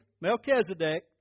Melchizedek